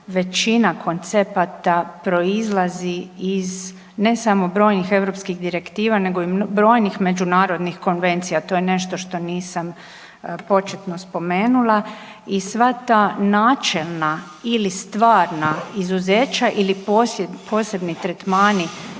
većina koncepata proizlazi iz ne samo brojnih europskih direktiva nego i brojnih međunarodnih konvencija, to je nešto što nisam početno spomenula i sva ta načelna ili stvarna izuzeća ili posebni tretmani